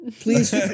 Please